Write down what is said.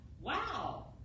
wow